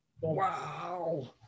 Wow